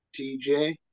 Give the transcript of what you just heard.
tj